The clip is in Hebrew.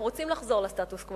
אנחנו רוצים לחזור לסטטוס-קוו,